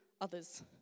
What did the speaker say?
others